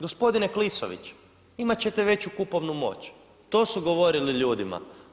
Gospodine Klisović imat ćete veću kupovnu moć, to su govorili ljudima.